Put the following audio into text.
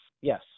yes